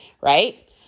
right